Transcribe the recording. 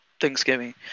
Thanksgiving